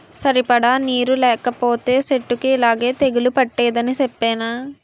సరిపడా నీరు లేకపోతే సెట్టుకి యిలాగే తెగులు పట్టేద్దని సెప్పేనా?